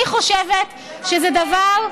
אני חושבת שזה דבר,